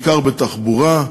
בעיקר בתחבורה.